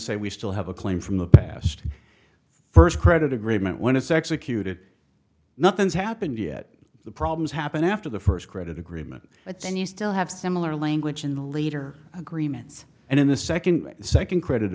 say we still have a claim from the past first credit agreement when it's executed nothing's happened yet the problems happened after the first credit agreement it's and you still have similar language in the later agreements and in the second the second credit